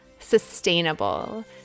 Sustainable